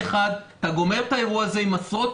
אחד אתה גומר את האירוע הזה עם עשרות,